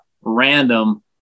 random